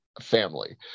family